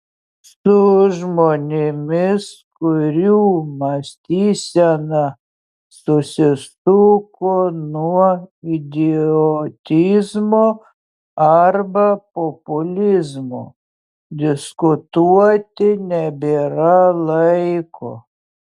su žmonėmis kurių mąstysena susisuko nuo idiotizmo arba populizmo diskutuoti nebėra laiko